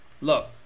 Look